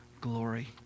glory